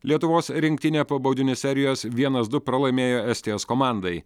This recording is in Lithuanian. lietuvos rinktinė po baudinių serijos vienas du pralaimėjo estijos komandai